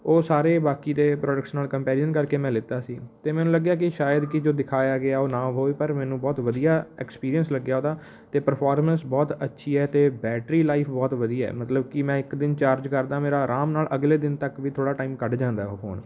ਉਹ ਸਾਰੇ ਬਾਕੀ ਦੇ ਪ੍ਰੋਡਕਟਸ ਨਾਲ਼ ਕੰਪੈਰੀਜ਼ਨ ਕਰਕੇ ਮੈਂ ਲਿੱਤਾ ਸੀ ਅਤੇ ਮੈਨੂੰ ਲੱਗਿਆ ਕਿ ਸ਼ਾਇਦ ਕਿ ਜੋ ਦਿਖਾਇਆ ਗਿਆ ਉਹ ਨਾ ਹੋਵੇ ਪਰ ਮੈਨੂੰ ਬਹੁਤ ਵਧੀਆ ਐਕਸਪੀਰੀਅੰਸ ਲੱਗਿਆ ਉਹਦਾ ਅਤੇ ਪਰਫੋਰਮੈਂਸ ਬਹੁਤ ਅੱਛੀ ਹੈ ਅਤੇ ਬੈਟਰੀ ਲਾਈਫ਼ ਬਹੁਤ ਵਧੀਆ ਮਤਲਬ ਕਿ ਮੈਂ ਇੱਕ ਦਿਨ ਚਾਰਜ ਕਰਦਾ ਮੇਰਾ ਆਰਾਮ ਨਾਲ਼ ਅਗਲੇ ਦਿਨ ਤੱਕ ਵੀ ਥੋੜ੍ਹਾ ਟਾਈਮ ਕੱਢ ਜਾਂਦਾ ਉਹ ਫ਼ੋਨ